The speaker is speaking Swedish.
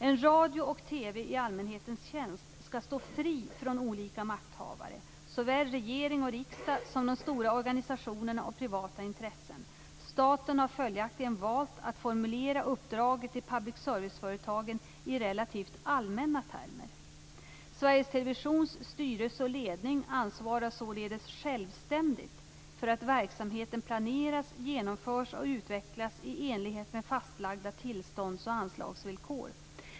En radio och TV i allmänhetens tjänst skall stå fri från olika makthavare, såväl regering och riksdag som de stora organisationerna och privata intressen. Staten har följaktligen valt att formulera uppdraget till public service-företagen i relativt allmänna termer. Sveriges Televisions styrelse och ledning ansvarar således självständigt för att verksamheten planeras, genomförs och utvecklas i enlighet med fastlagda tillstånds och anslagsvillkor.